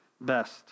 best